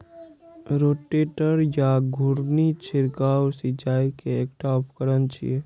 rotator या घुर्णी छिड़काव सिंचाइ के एकटा उपकरण छियै